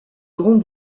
grands